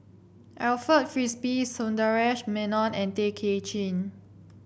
Alfred Frisby Sundaresh Menon and Tay Kay Chin